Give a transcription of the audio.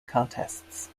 contests